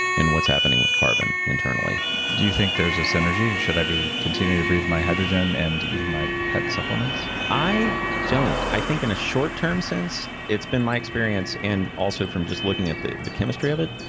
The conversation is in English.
and what's happening with carbon, internally do you think there's a synergy? should i be continuing to breathe my hydrogen and eating my pet supplements? i don't. i think in a short-term sense, it's been my experience, and also from just looking at the the chemistry of it.